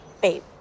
babe